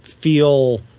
feel